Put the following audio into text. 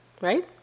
right